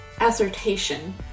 assertion